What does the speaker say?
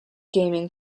gaming